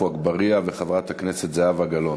חבר הכנסת עפו אגבאריה וחברת הכנסת זהבה גלאון.